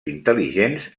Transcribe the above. intel·ligents